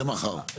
זה מחר, לא היום.